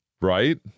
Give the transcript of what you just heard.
Right